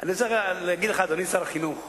אני רוצה להגיד לך, אדוני שר החינוך,